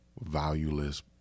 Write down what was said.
valueless